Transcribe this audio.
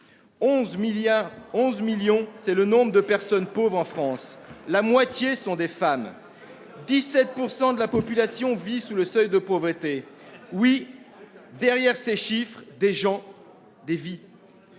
11 millions de personnes pauvres en France- la moitié sont des femmes -et 17 % de la population vit sous le seuil de pauvreté. Oui, derrière ces chiffres, il y a des gens, des vies.